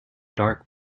dark